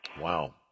Wow